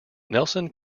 nelson